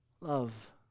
love